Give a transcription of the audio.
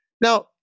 Now